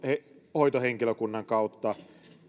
hoitohenkilökunnan kautta